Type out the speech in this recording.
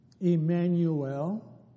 Emmanuel